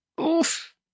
Oof